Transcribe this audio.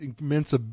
immense